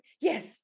Yes